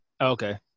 Okay